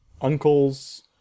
uncle's